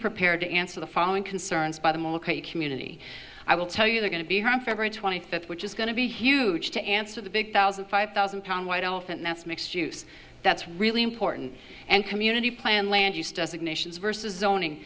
prepared to answer the following concerns by the community i will tell you they're going to be home for every twenty fifth which is going to be huge to answer the big thousand five thousand pound white elephant that's mixed use that's really important and community plan land use does ignitions versus zoning